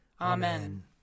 Amen